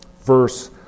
verse